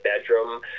bedroom